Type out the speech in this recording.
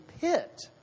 pit